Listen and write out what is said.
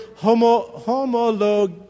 homolog